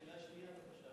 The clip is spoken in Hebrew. השאלה השנייה בבקשה.